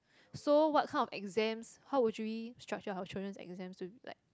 so what kind of exams how would we structure our children exams to be like